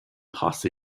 posse